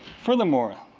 furthermore,